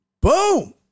boom